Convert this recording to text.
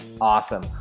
Awesome